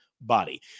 body